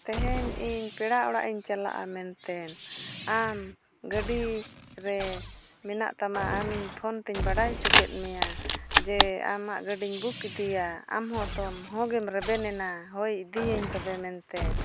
ᱛᱮᱦᱮᱧ ᱤᱧ ᱯᱮᱲᱟᱜ ᱤᱧ ᱪᱟᱞᱟᱜᱼᱟ ᱢᱮᱱᱛᱮ ᱟᱢ ᱜᱟᱹᱰᱤᱨᱮ ᱢᱮᱱᱟᱜ ᱛᱟᱢᱟ ᱟᱢᱤᱧ ᱼᱛᱮᱧ ᱵᱟᱰᱟᱭ ᱦᱚᱪᱚ ᱠᱮᱫ ᱢᱮᱭᱟ ᱡᱮ ᱟᱢᱟᱜ ᱜᱟᱹᱰᱤᱧ ᱤᱫᱤᱭᱟ ᱟᱢᱦᱚᱸ ᱛᱟᱹᱦᱩᱜᱮᱢ ᱨᱮᱵᱮᱱ ᱮᱱᱟ ᱦᱳᱭ ᱤᱫᱤᱭᱟᱹᱧ ᱛᱚᱵᱮ ᱢᱮᱱᱛᱮ